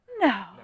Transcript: No